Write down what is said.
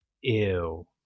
Ew